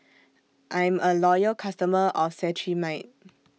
I'm A Loyal customer of Cetrimide